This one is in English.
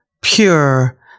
pure